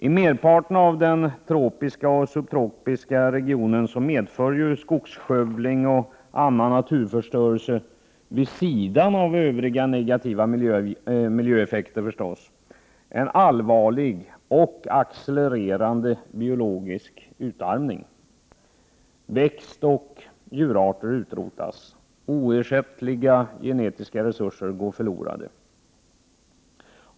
I merparten av den tropiska och subtropiska regionen medför skogsskövling och annan naturförstörelse, vid sidan av övriga negativa miljöeffekter, en allvarlig och accelererande biologisk utarmning. Växtoch djurarter utrotas, och oersättliga genetiska resurser går förlorade.